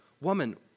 woman